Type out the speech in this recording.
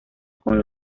con